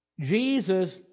Jesus